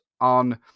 on –